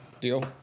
deal